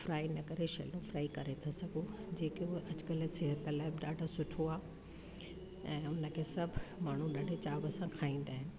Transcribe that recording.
fry न करे shallow fry करे सघो जेके हूअ अॼुकल्ह सिहतु लाइ ॾाढो सुठो आहे ऐं उनखे सभु माण्हू ॾाढे चाव सां खाईंदा आहिनि